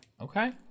Okay